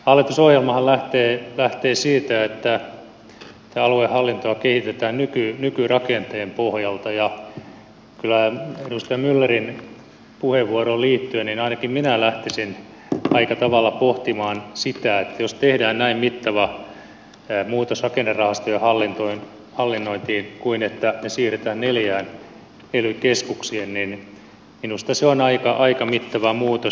hallitusohjelmahan lähtee siitä että tätä aluehallintoa kehitetään nykyrakenteen pohjalta ja kyllä edustaja myllerin puheenvuoroon liittyen ainakin minä lähtisin aika tavalla pohtimaan sitä että jos tehdään näin mittava muutos rakennerahastojen hallinnointiin kuin että ne siirretään neljään ely keskukseen niin minusta se on aika mittava muutos